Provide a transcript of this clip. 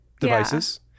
devices